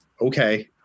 okay